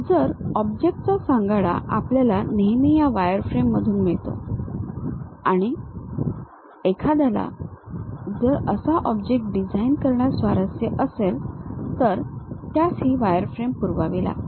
तर ऑब्जेक्टचा सांगाडा आपल्याला नेहमी या वायरफ्रेममधून मिळतो आणि एखाद्याला जर असा ऑब्जेक्ट डिझाइन करण्यात स्वारस्य असल्यास त्यास ही वायरफ्रेम पुरवावी लागते